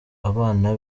abana